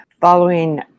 following